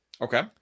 Okay